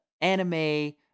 anime